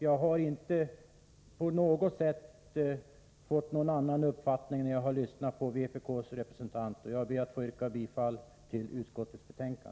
Jag har inte på något sätt ändrat uppfattning när jag lyssnat på vpk-representanten. Jag ber att få yrka bifall till utskottets hemställan.